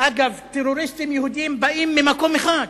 אגב, טרוריסטים יהודים באים ממקום אחד,